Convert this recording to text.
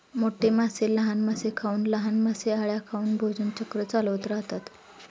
मोठे मासे लहान मासे खाऊन, लहान मासे अळ्या खाऊन भोजन चक्र चालवत राहतात